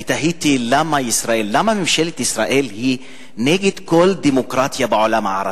אני תוהה למה ממשלת ישראל היא נגד כל דמוקרטיה בעולם הערבי,